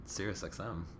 SiriusXM